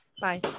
bye